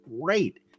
great